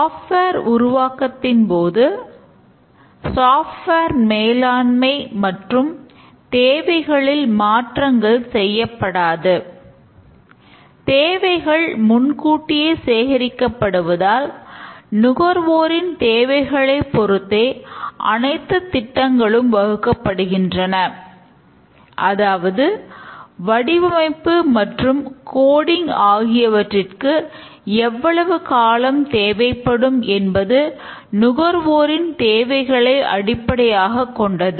software ஆகியவற்றுக்கு எவ்வளவு காலம் தேவைப்படும் என்பது நுகர்வோரின் தேவைகளை அடிப்படையாகக் கொண்டது